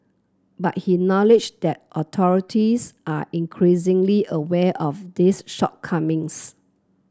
but he acknowledged that authorities are increasingly aware of these shortcomings